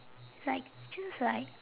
it's like just like